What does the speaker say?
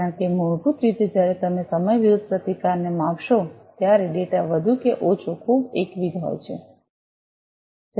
કારણ કે મૂળભૂત રીતે જ્યારે તમે સમય વિરુદ્ધ પ્રતિકારને માપશો ત્યારે ડેટા વધુ કે ઓછા ખૂબ એકવિધ હોય છે